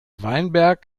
weinberg